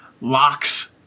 locks